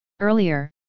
earlier